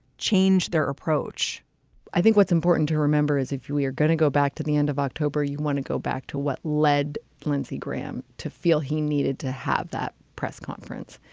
change their approach i think what's important to remember is if you are going to go back to the end of october, you want to go back to what led lindsey graham to feel he needed to have that press conference.